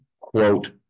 quote